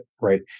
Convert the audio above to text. Right